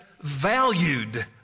valued